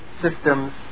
systems